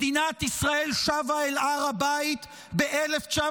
מדינת ישראל שבה אל הר הבית ב-1967,